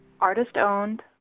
Artist-owned